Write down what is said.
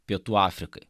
pietų afrikai